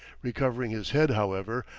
recovering his head, however,